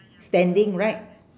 standing right